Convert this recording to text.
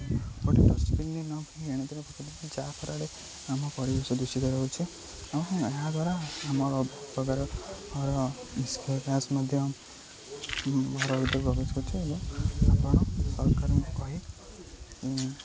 କୁ ଡଷ୍ଟବିନରେ ନ ପକେଇ ଏଣେତେଣେ ପକେଇ ଯାହାଫଳରେ ଆମ ପରିବେଶ ଦୂଷିତ ହେଉଛେ ଏବଂ ଏହାଦ୍ୱାରା ଆମର ପ୍ରକାରର ଗ୍ୟାସ ମଧ୍ୟ ଘର ଭିତରେ ପ୍ରବେଶ କରୁଛି ଏବଂ ଆପଣ ସରକାରଙ୍କୁ କହି